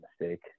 mistake